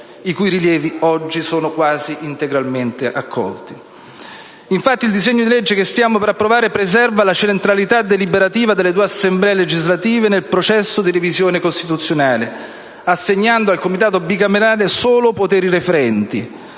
i cui rilievi oggi sono quasi integralmente accolti. Infatti, il disegno di legge che stiamo per approvare preserva la centralità deliberativa delle due Assemblee legislative nel processo di revisione costituzionale, assegnando al Comitato bicamerale solo poteri referenti,